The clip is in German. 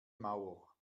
mauer